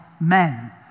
men